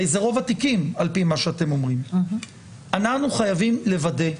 אנחנו חייבים לוודא,